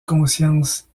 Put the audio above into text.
conscience